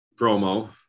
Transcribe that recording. promo